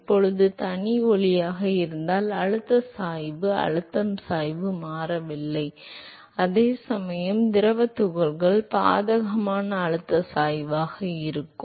இப்போது தனி ஒலியாக இருந்தால் அழுத்த சாய்வு அழுத்தம் சாய்வு மாறவில்லை அதே சமயம் திரவத் துகள்கள் பாதகமான அழுத்த சாய்வாக இருக்கும்